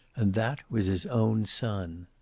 and that was his own son.